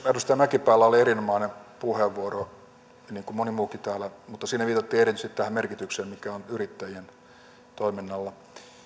edustaja mäkipäällä oli erinomainen puheenvuoro niin kuin monella muullakin täällä mutta siinä viitattiin erityisesti tähän merkitykseen mikä on yrittäjien toiminnalla